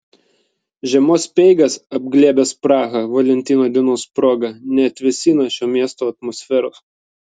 žiemos speigas apglėbęs prahą valentino dienos proga neatvėsina šio miesto atmosferos